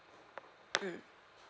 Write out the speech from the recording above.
mm